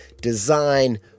design